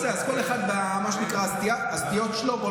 כל אחד והסטיות שלו, מה שנקרא.